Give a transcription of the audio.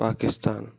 Pakistan